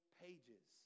pages